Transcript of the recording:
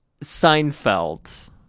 Seinfeld